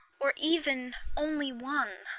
or even only one?